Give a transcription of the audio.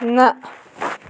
نہَ